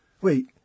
Wait